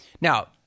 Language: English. Now